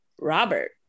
Robert